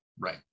Right